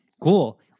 cool